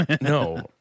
No